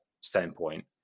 standpoint